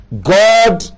God